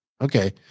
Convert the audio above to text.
okay